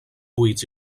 buits